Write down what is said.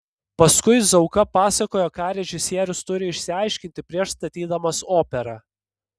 paskui zauka pasakojo ką režisierius turi išsiaiškinti prieš statydamas operą